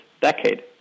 decade